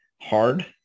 hard